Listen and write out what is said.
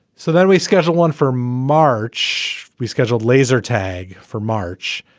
so then we schedule one for march. we scheduled laser tag for march.